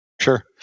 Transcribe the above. Sure